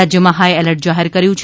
રાજ્યમાં હાઇએલર્ટ જાહેર કર્યું છે